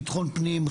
ביטחון פנים,